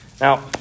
Now